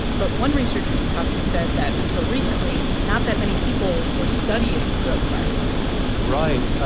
but one researcher you talked to said that until recently, not that many people were studying coronaviruses right. ah